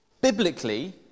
biblically